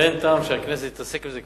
ואין טעם שהכנסת תתעסק עם זה.